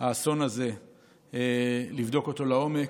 האסון הזה לבדוק אותו לעומק,